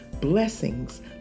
blessings